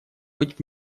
быть